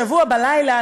השבוע בלילה,